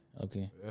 Okay